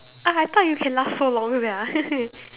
uh I thought you can last so long sia